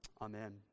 Amen